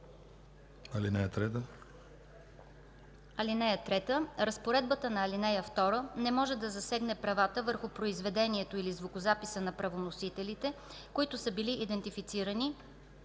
1 и 10. (3) Разпоредбата на ал. 2 не може да засегне правата върху произведението или звукозаписа на правоносителите, които са били идентифицирани